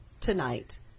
tonight